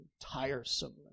tiresome